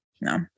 no